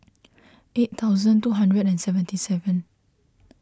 eight thousand two hundred and seventy seven